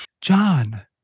John